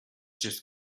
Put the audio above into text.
just